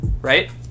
right